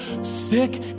sick